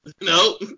no